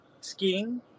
skiing